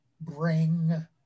bring